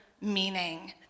meaning